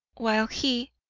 while he